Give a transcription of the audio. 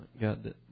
God